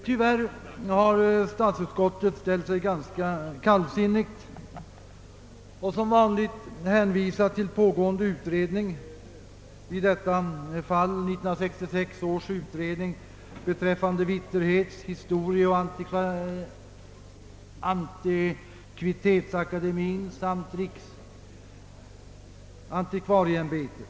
Tyvärr har statsutskottet ställt sig ganska kallsinnigl och som vanligt hänvisat till pågående utredning, i detta fall 1966 års utredning beträffande Vitterhets-, historieoch antikvitetsakademien samt riksantikvarieämbetet.